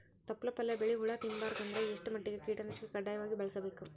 ತೊಪ್ಲ ಪಲ್ಯ ಬೆಳಿ ಹುಳ ತಿಂಬಾರದ ಅಂದ್ರ ಎಷ್ಟ ಮಟ್ಟಿಗ ಕೀಟನಾಶಕ ಕಡ್ಡಾಯವಾಗಿ ಬಳಸಬೇಕು?